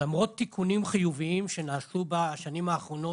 למרות תיקונים חיוביים שנעשו בשנים האחרונות,